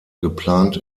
geplant